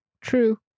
true